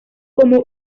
como